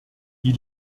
die